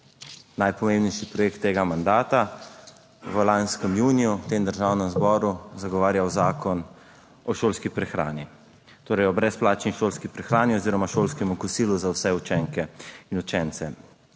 najpomembnejši projekt tega mandata v lanskem juniju v Državnem zboru zagovarjal Zakon o šolski prehrani, torej o brezplačni šolski prehrani oziroma šolskem kosilu za vse učenke in učence.